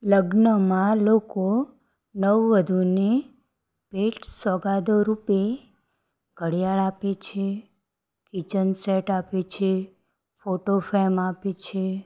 લગ્નમાં લોકો નવવધુને ભેટ સોગાદો રૂપે ઘડિયાળ આપે છે કિચન સેટ આપે છે ફોટો ફ્રેમ આપે છે